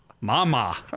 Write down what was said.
Mama